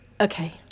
Okay